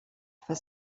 for